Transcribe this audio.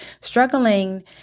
struggling